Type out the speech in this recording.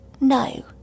No